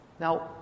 Now